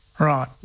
Right